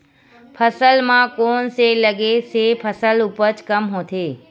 फसल म कोन से लगे से फसल उपज कम होथे?